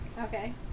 Okay